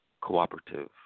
Cooperative